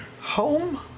home